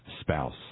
spouse